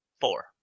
four